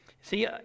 See